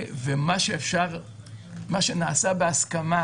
מה שנעשה בהסכמה